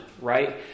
right